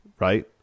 right